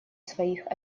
своих